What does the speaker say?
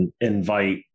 invite